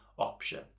option